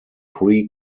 pre